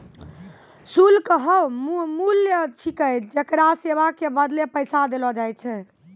शुल्क हौअ मूल्य छिकै जेकरा सेवा के बदले पैसा देलो जाय छै